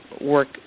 work